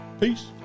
Peace